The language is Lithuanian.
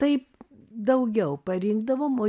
taip daugiau parinkdavom o